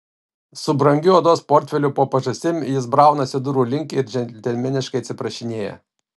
su brangiu odos portfeliu po pažastim jis braunasi durų link ir džentelmeniškai atsiprašinėja